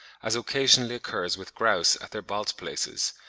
as occasionally occurs with grouse at their balz-places,